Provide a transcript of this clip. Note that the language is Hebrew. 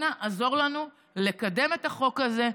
אנא, עזור לנו לקדם את החוק הזה.